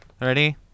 ready